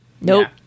nope